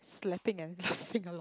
slapping and laughing a lot